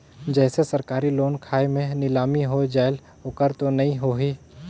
जैसे सरकारी लोन खाय मे नीलामी हो जायेल ओकर तो नइ होही?